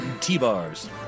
T-bars